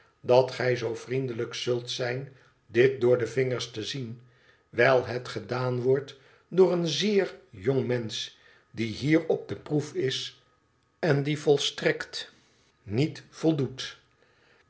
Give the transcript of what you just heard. dat gij zoo vriendelijk zult zijn dit door de vingers te zien wijl het gedaan wordt door een zeer jong mensch die hier op de proef is en die volstrekt niet voldoet